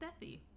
Deathy